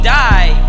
die